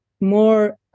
more